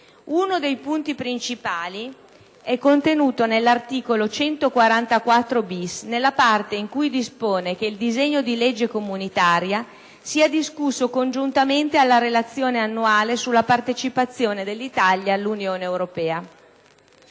Uno dei punti principali è contenuto nell'articolo 144-*bis*, nella parte in cui dispone che il disegno di legge comunitaria sia discusso congiuntamente alla relazione annuale sulla partecipazione dell'Italia all'Unione europea.